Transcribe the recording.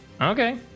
okay